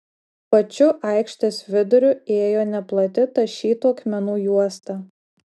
pačiu aikštės viduriu ėjo neplati tašytų akmenų juosta